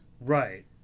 Right